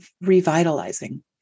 revitalizing